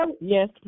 Yes